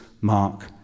Mark